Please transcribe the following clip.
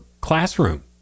classroom